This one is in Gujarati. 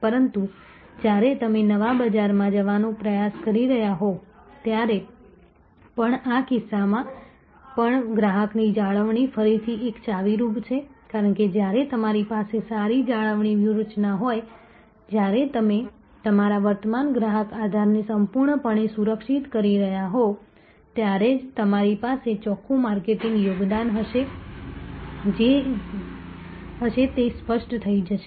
પરંતુ જ્યારે તમે નવા બજારમાં જવાનો પ્રયાસ કરી રહ્યાં હોવ ત્યારે પણ આ કિસ્સામાં પણ ગ્રાહકની જાળવણી ફરીથી એક ચાવીરૂપ છે કારણ કે જ્યારે તમારી પાસે સારી જાળવણી વ્યૂહરચના હોય જ્યારે તમે તમારા વર્તમાન ગ્રાહક આધારને સંપૂર્ણપણે સુરક્ષિત કરી રહ્યાં હોવ ત્યારે જ તમારી પાસે ચોખ્ખું માર્કેટિંગ યોગદાન હશે તે સ્પષ્ટ થઈ જશે